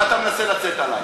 ואתה מנסה לצאת עלי.